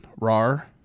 Rar